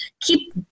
keep